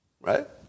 Right